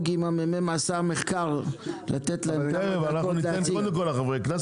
הממ"מ עשה מחקר בנושא וראוי לתת להם להציג את העבודה שנעשתה.